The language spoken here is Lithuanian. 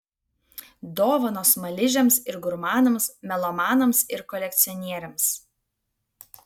dovanos smaližiams ir gurmanams melomanams ir kolekcionieriams